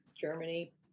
Germany